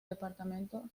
departamento